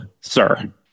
sir